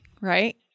right